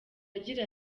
agira